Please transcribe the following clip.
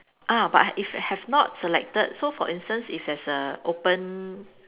ah but if have not selected so for instance if there's a open